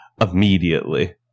immediately